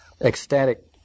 ecstatic